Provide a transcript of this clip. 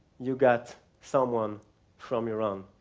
you've got someone from iran.